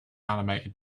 animated